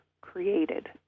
created